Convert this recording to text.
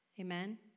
Amen